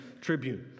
Tribune